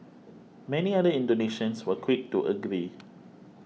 many other Indonesians were quick to agree